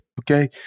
Okay